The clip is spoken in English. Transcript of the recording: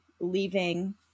leaving